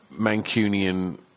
Mancunian